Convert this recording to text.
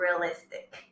realistic